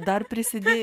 dar prisidėjo